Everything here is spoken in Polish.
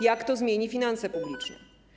Jak to zmieni finanse publiczne?